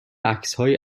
عکسهایی